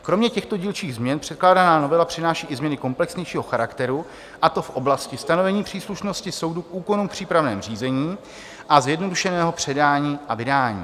Kromě těchto dílčích změn předkládaná novela přináší i změny komplexnějšího charakteru, a to v oblasti za prvé stanovení příslušnosti soudu k úkonům v přípravném řízení, za druhé zjednodušeného předání a vydání.